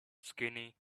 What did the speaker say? skinny